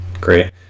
Great